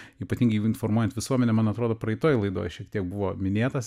ypatingai jeigu informuojant visuomenę man atrodo praeitoj laidoj šiek tiek buvo minėtas